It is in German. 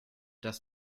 dass